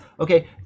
okay